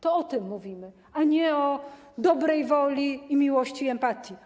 To o tym mówimy, a nie o dobrej woli, miłości i empatii.